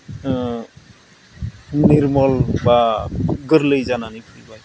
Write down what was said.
निरमल बा गोरलै जानानै फैबाय